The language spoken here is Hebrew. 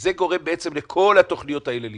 זה גורם בעצם לכל התוכניות האלה ליפול.